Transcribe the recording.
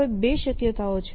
હવે બે શક્યતાઓ છે